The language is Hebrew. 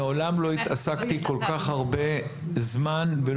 מעולם לא התעסקתי כל כך הרבה זמן ולא